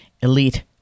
elite